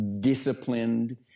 disciplined